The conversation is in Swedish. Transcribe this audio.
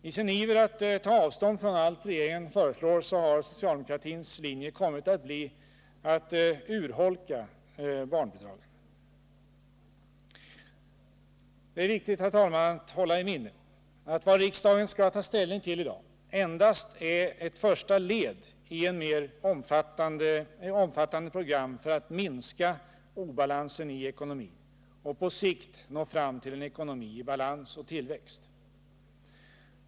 I sin iver att ta avstånd från allt regeringen föreslår har socialdemokratins linje kommit att bli att urholka barnbidragen. Det är viktigt, herr talman, att hålla i minne, att vad riksdagen skall ta ställning till i dag endast är ett första led i ett mer omfattande program för att minska obalansen i ekonomin och på sikt nå fram till en ekonomi i balans och tillväxt.